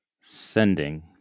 sending